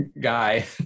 guy